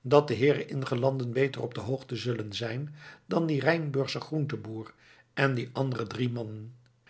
dat de heeren ingelanden beter op de hoogte zullen zijn dan die rijnsburgsche groentenboer en die andere drie mannen